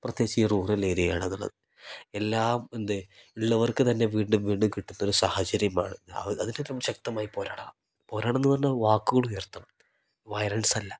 പ്രത്യേകിച്ച് ഈ റൂറൽ ഏരിയകൾ എന്ന് ഉള്ളത് എല്ലാം എന്ത് ഉള്ളവർക്ക് തന്നെ വീണ്ടും വീണ്ടും കിട്ടുന്നൊരു സാഹചര്യമാണ് നമുക്ക് ശക്തമായി പോരാടണം പോരാടണം എന്ന് പറഞ്ഞാൽ വാക്കുകളുയർത്തണം വൈലൽസ് അല്ല